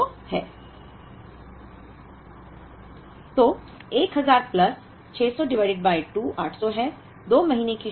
तो 1000 plus 600 divided by 2 800 है